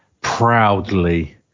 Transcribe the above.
proudly